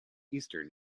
eastern